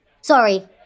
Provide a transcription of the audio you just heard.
Sorry